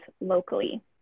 locally